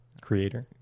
Creator